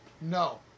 No